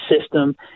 system